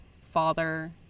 father